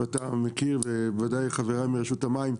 ואתה מכיר וודאי חבריי מרשות המים,